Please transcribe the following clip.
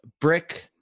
brick